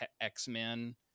x-men